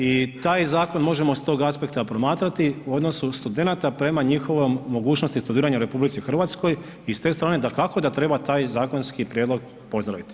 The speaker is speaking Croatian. I taj zakon možemo s tog aspekta promatrati u odnosu studenata prema njihovoj mogućnosti studiranja u RH i s te strane dakako da treba taj zakonski prijedlog pozdraviti.